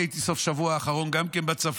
אני הייתי בסוף השבוע האחרון גם בצפון,